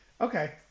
Okay